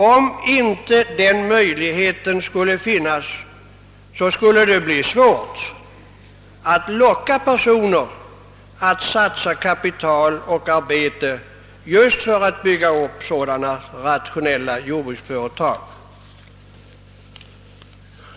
Om inte den möjligheten föreligger, blir det svårt att locka personer att satsa kapital och arbete på att bygga upp rationella jordbruksföretag.